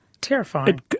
Terrifying